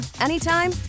anytime